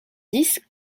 dix